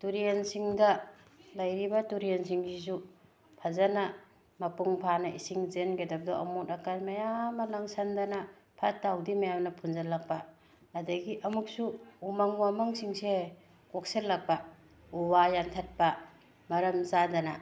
ꯇꯨꯔꯦꯜꯁꯤꯡꯗ ꯂꯩꯔꯤꯕ ꯇꯨꯔꯦꯜꯁꯤꯡꯁꯤꯁꯨ ꯐꯖꯅ ꯃꯄꯨꯡ ꯐꯥꯅ ꯏꯁꯤꯡ ꯆꯦꯟꯒꯗꯕꯗꯣ ꯑꯃꯣꯠ ꯑꯀꯥꯏ ꯃꯌꯥꯝ ꯑꯃ ꯂꯪꯁꯤꯟꯗꯅ ꯐꯠꯇ ꯍꯥꯎꯊꯤ ꯃꯌꯥꯝꯅ ꯐꯨꯝꯖꯤꯜꯂꯛꯄ ꯑꯗꯒꯤ ꯑꯃꯨꯛꯁꯨ ꯎꯃꯪ ꯋꯥꯃꯪꯁꯤꯡꯁꯦ ꯀꯣꯛꯁꯤꯜꯂꯛꯄ ꯎꯋꯥ ꯌꯥꯟꯊꯠꯄ ꯃꯔꯝ ꯆꯥꯗꯅ